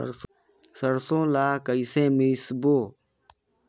सरसो ला कइसे मिसबो?